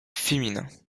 féminins